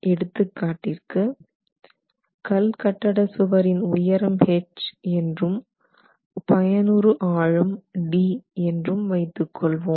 எடுத்துக்காட்டிற்கு கல் கட்டட சுவரின் உயரம் h என்றும் பயனுறு ஆழம் d என்றும் வைத்துக்கொள்வோம்